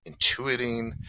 intuiting